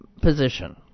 position